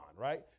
Right